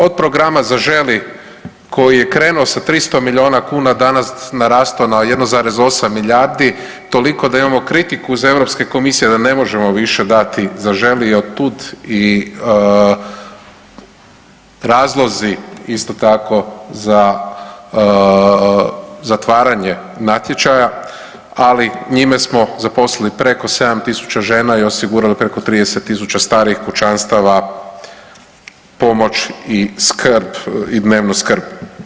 Od programa „Zaželi“ koji je krenuo sa 300 milijuna kuna, danas je narastao na 1,8 milijardi, toliko da imamo kritiku iz Europske komisije da ne možemo više dati za „Zaželi“, otud i razlozi isto tako za zatvaranje natječaja, ali njime smo zaposlili preko 7000 žena i osigurali preko 30.000 starijih kućanstava, pomoć i skrb i dnevnu skrb.